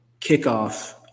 kickoff